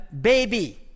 baby